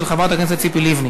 של חברת הכנסת ציפי לבני,